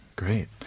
Great